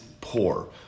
poor